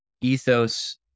ethos